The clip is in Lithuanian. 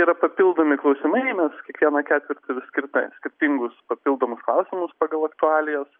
yra papildomi klausimai mes kiekvieną ketvirtį vis skirta skirtingus papildomus klausimus pagal aktualijas